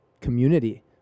community